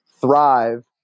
thrive